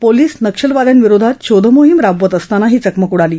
police नक्षलवाद्यांविरोधात शोधमोहीम राबवत असताना ही चकमक उडाली